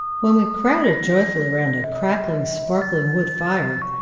when we crowded joyfully round a crackling, sparkling wood-fire,